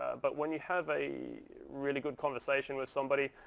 but when you have a really good conversation with somebody,